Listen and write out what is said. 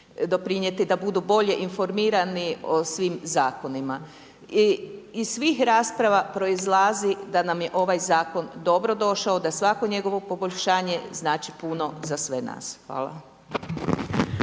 da budu bolje informirani o svim zakonima. I iz svih rasprava proizlazi da nam je ovaj zakon dobro došao, da svako njegovo poboljšanje znači puno za sve nas. Hvala.